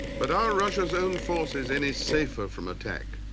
but are russia's own forces any safer from attack?